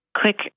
quick